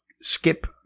skip